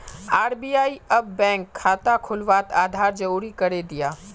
RBI अब bank खाता खुलवात आधार ज़रूरी करे दियाः